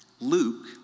Luke